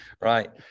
Right